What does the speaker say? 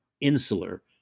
insular